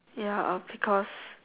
ya uh because